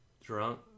drunk